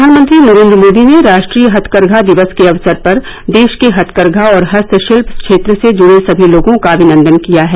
प्रधानमंत्री नरेन्द्र मोदी ने राष्ट्रीय हथकरघा दिवस के अवसर पर देश के हथकरघा और हस्तशिल्य क्षेत्र से जुड़े सभी लोगों का अभिनंदन किया है